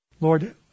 Lord